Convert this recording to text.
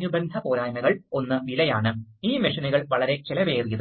അതിനാൽ ഒരു നിശ്ചിത ഘട്ടത്തിൽ നിങ്ങൾക്ക് ഷിഫ്റ്റിംഗ്